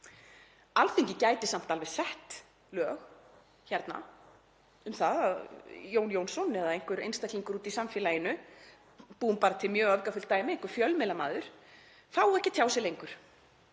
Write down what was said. Alþingi gæti samt alveg sett lög hérna um að Jón Jónsson eða einhver einstaklingur úti í samfélaginu, búum bara til mjög öfgafullt dæmi, einhver fjölmiðlamaður, fái ekki að tjá sig lengur